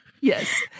yes